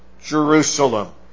Jerusalem